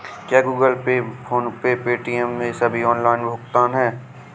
क्या Google Pay PhonePe Paytm ये सभी ऑनलाइन भुगतान ऐप हैं?